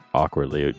awkwardly